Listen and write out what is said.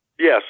Yes